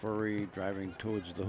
furry driving towards the